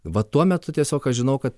va tuo metu tiesiog aš žinau kad